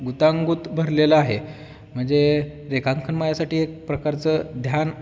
गुतांगुत भरलेलं आहे म्हणजे रेखांकन यासाठी एक प्रकारचं ध्यान